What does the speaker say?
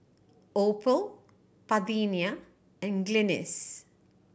Opal Parthenia and Glynis